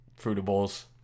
Fruitables